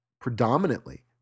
predominantly